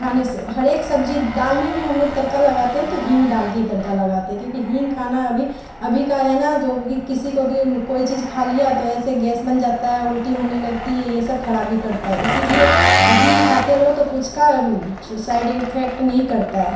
वो सब खाने हर एक सब्जी दाल में भी हम लोग तड़का लगाते तो हींग डालके तड़का लगाते क्योंकि हींग खाना अभी अभी का है ना जो भी किसी को भी कोई चीज खा लिया तो ऐसे गैस बन जाता है उल्टी होने लगती है ये सब खराबी करता है इसीलिए हींग खाते रहो तो कुछ का साइड इफेक्ट नहीं करता है